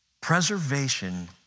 Preservation